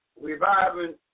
Reviving